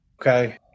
okay